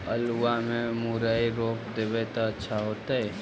आलुआ में मुरई रोप देबई त अच्छा होतई?